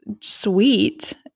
sweet